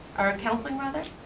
or counseling, rather?